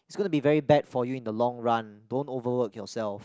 it's going to be very bad for you in the long run don't overwork yourself